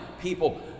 people